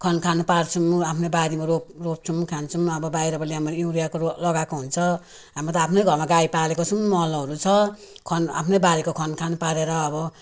खानखान पार्छौँ आफ्नै बारीमा रोप रोप्छौँ खान्छौँ अब बाहिरबाट ल्यायौँ भने युरियाको लगाएको हुन्छ हाम्रो त आफ्नै घरमा गाई पालेको छौँ मलहरू छ खन आफ्नै बारीको खनखान पारेर अब